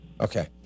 Okay